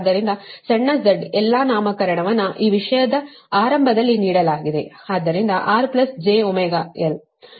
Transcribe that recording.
ಆದ್ದರಿಂದ ಸಣ್ಣ z ಎಲ್ಲಾ ನಾಮಕರಣವನ್ನು ಈ ವಿಷಯದ ಆರಂಭದಲ್ಲಿ ನೀಡಲಾಗಿದೆ ಆದ್ದರಿಂದrjωLgjω jωC ಸರಿನಾ